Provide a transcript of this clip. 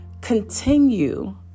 Continue